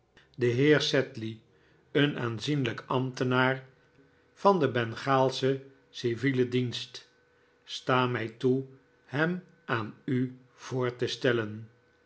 de heer sedley een aanzienlijk ambtenaar van den bengaalschen civielen dienst sta mij toe hem aan u voor te stellen